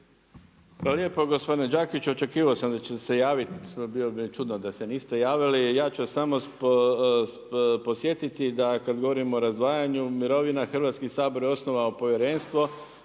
lijepo. Gospodine Đakić, očekivao sam da ćete se javiti, bilo bi mi čudno da se niste javili. Ja ću samo podsjetiti da kad govorimo o razdvajanju mirovina, Hrvatski sabor je osnovao povjerenstvo